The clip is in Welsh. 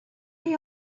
chi